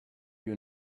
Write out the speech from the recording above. you